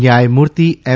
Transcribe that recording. ન્યાથમૂર્તિ એમ